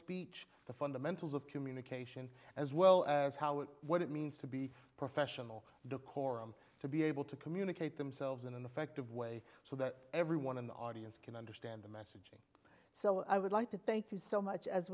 speech the fundamentals of communication as well as how and what it means to be professional decorum to be able to communicate themselves in an effective way so that everyone in the audience can understand the message so i would like to thank you so much as